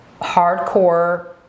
hardcore